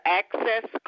access